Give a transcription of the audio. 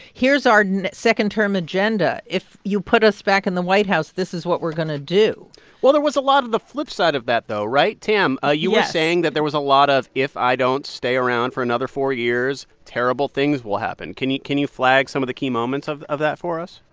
here's our second-term agenda if you put us back in the white house, this is what we're going to do well, there was a lot of the flipside of that, though, right? tam. yes. ah you were saying that there was a lot of if i don't stay around for another four years, terrible things will happen. can you can you flag some of the key moments of of that for us?